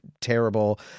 terrible